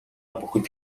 бүхэнд